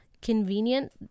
convenient